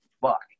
Fuck